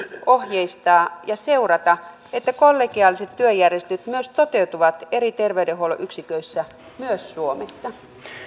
ohjeistaa ja seurata että kollegiaaliset työjärjestelyt myös toteutuvat eri terveydenhuollon yksiköissä myös suomessa